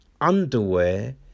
Underwear